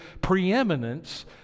preeminence